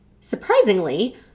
Surprisingly